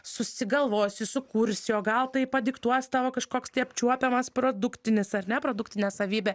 susigalvosi sukursi o gal tai padiktuos tavo kažkoks tai apčiuopiamas produktinis ar ne produktinė savybė